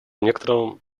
некоторым